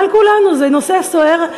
בגלל כולנו, זה נושא סוער.